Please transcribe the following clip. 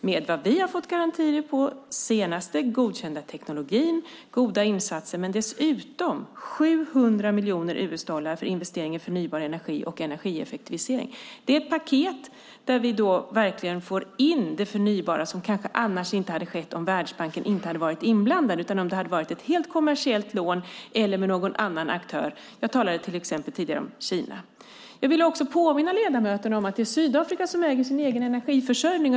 Vi har fått garantier när det gäller den senaste godkända teknologin, goda insatser, men dessutom 700 miljoner dollar för investeringar i förnybar energi och energieffektivisering. Det är ett paket där vi verkligen får in det förnybara, vilket kanske inte hade skett om Världsbanken inte hade varit inblandad utan om det hade varit ett helt kommersiellt lån eller med någon annan aktör. Jag talade till exempel tidigare om Kina. Jag vill också påminna ledamöterna om att det är Sydafrika som äger sin egen energiförsörjning.